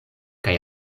kaj